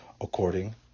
according